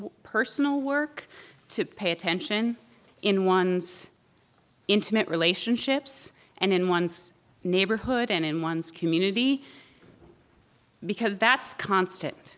but personal work to pay attention in one's intimate relationships and in one's neighborhood and in one's community because that's constant.